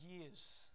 years